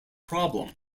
problem